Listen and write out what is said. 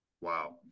Wow